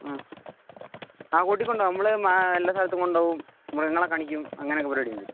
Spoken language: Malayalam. ആ കൂട്ടിക്കൊണ്ടു പോകും നമ്മൾ മാ എല്ലാ സ്ഥലത്തും കൊണ്ട് പോകും മൃഗങ്ങളെ കാണിക്കും അങ്ങനൊക്കെ പരിപാടിയുണ്ട്